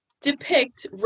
depict